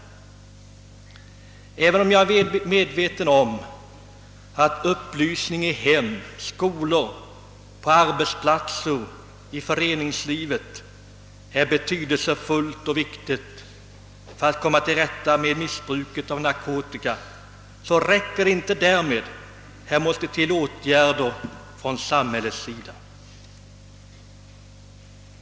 Även om jag är medveten om att upplysning i hem och skolor, på arbetsplatser och i föreningslivet är betydelsefull när det gäller att komma till rätta med missbruket av narkotika, så räcker det inte därmed. Det måste till åtgärder från samhällets sida.